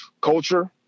culture